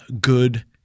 good